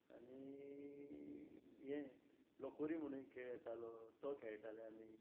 आनी हें लगोरी म्हणून खेळ येतालो तो खेळटाले आमी